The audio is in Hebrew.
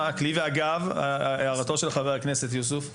אגב הרצון של חבר הכנסת יוסף עטאונה,